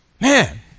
Man